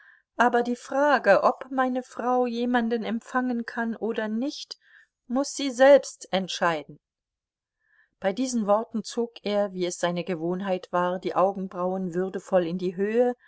aber die frage ob meine frau jemanden empfangen kann oder nicht muß sie selbst entscheiden bei diesen worten zog er wie es seine gewohnheit war die augenbrauen würdevoll in die höhe